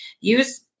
Use